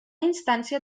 instància